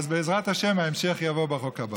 אז בעזרת השם, ההמשך יבוא בחוק הבא.